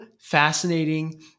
fascinating